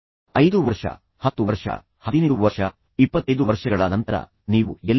5 ವರ್ಷ 10 ವರ್ಷ 15 ವರ್ಷ 25 ವರ್ಷಗಳ ನಂತರ ನೀವು ಎಲ್ಲಿದ್ದೀರಿ